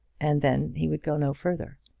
and then he would go no further.